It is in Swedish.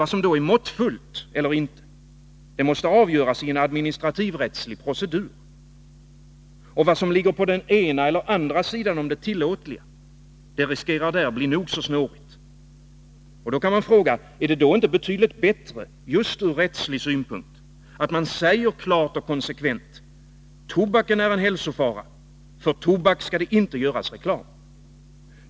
Vad som är måttfullt eller inte måste avgöras i en administrativrättslig procedur. Vad som ligger på den ena eller andra sidan om det tillåtliga, riskerar att bli nog så snårigt. Man kan fråga om det inte ur just rättslig synpunkt är betydligt bättre att klart och konsekvent säga: Tobaken är en hälsofara, för tobak skall det inte göras reklam!